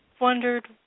wondered